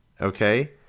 Okay